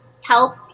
help